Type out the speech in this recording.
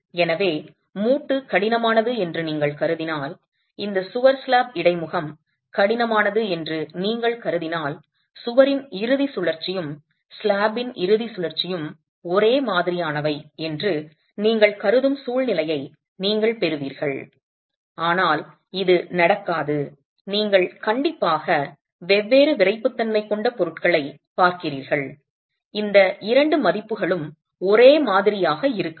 எனவே மூட்டு கடினமானது என்று நீங்கள் கருதினால் இந்த சுவர் ஸ்லாப் இடைமுகம் கடினமானது என்று நீங்கள் கருதினால் சுவரின் இறுதிச் சுழற்சியும் ஸ்லாப்பின் இறுதிச் சுழற்சியும் ஒரே மாதிரியானவை என்று நீங்கள் கருதும் சூழ்நிலையை நீங்கள் பெறுவீர்கள் ஆனால் இது நடக்காது நீங்கள் கண்டிப்பாக வெவ்வேறு விறைப்புத்தன்மை கொண்ட பொருட்களைப் பார்க்கிறீர்கள் இந்த இரண்டு மதிப்புகளும் ஒரே மாதிரியாக இருக்காது